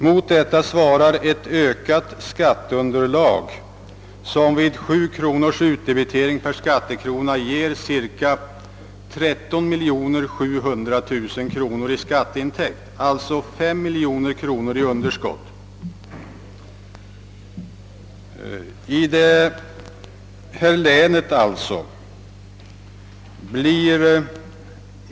Mot detta svarar en ökning av skatteunderlaget, som vid 7 kronors utdebitering per skattekrona ger cirka 13 700 000 kronor i skatteintäkt. Det blir alltså ett underskott på 5 miljoner kronor.